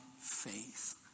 faith